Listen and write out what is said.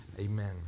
Amen